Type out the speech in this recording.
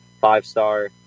Five-star